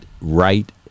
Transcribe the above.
right